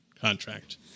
contract